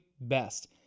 best